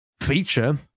feature